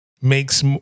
makes